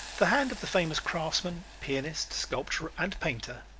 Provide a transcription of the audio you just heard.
the hand of the famous craftsman, pianist, sculptor and painter,